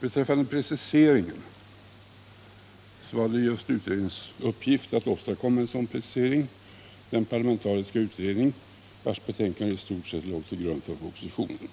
Beträffande preciseringen vill jag säga att uppgiften för den parlamentariska utredning, vars betänkande i stort sett låg till grund för propositionen, var